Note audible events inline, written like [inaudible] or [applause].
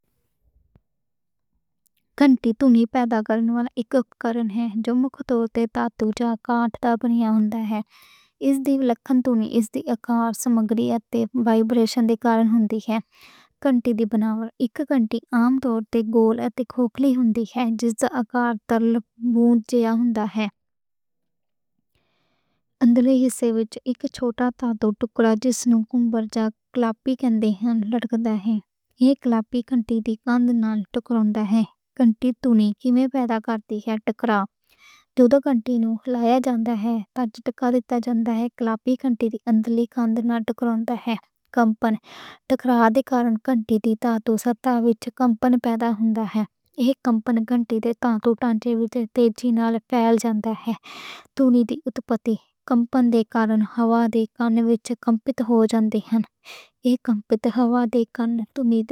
گھنٹی دھونی پیدا کرنے والا اک اُپکرن ہے۔ جو مُکھ طور تے دھاتُو جا آکار دا بنیا ہوندا ہے۔ اس دی دھونی اس دے آکار، سمگری اتے کمپن دے کارن ہوندی ہے۔ گھنٹی دی بناوٹ وچ گھنٹی عام طور تے گول اتے کھوکھلی ہوندی ہے۔ جس دا آکار ترل مُجّھ جیا ہوندا ہے۔ [hesitation] اندرلے حصے وچ اک چھوٹا دھاتُو ٹکڑا جس نوں کلاپر کہندے ہن لٹکدا ہے۔ اوہ کلاپر گھنٹی دی کانڈ دے نال ٹکراوندا ہے۔ گھنٹی دھونی کیمیں پیدا کردی ہے۔ ٹکراوے جدوں گھنٹی نوں ہلایا جاندا ہے یا ٹھُکا دِتا جاندا ہے۔ کلاپر گھنٹی دی اندرلی کانڈ دے نال ٹکراوندا ہے۔ کمپن ٹکڑے دے کارن گھنٹی دی تانتو سطح وچ کمپن پیدا ہوندا ہے۔ ایہ کمپن گھنٹی دے تانتو ڈھانچے وچ تیزی نال پھیل جاندا ہے، دھونی دی اُتپَتی۔ کمپن دے کارن ہوا دے ذرات وچ کمپت ہو جاندے ہن۔ ایہ کمپت ہوا تے۔ [unintelligible]